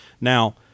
Now